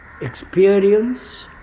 experience